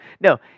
No